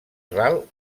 ral